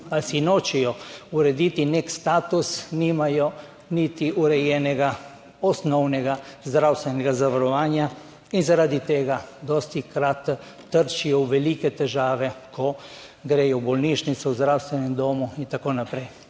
ali si nočejo urediti nek status, nimajo niti urejenega osnovnega zdravstvenega zavarovanja in zaradi tega dostikrat trčijo v velike težave, ko gredo v bolnišnico, v zdravstvenem domu in tako naprej.